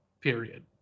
period